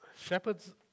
Shepherds